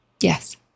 yes